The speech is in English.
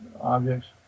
objects